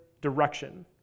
direction